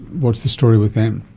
what's the story with them?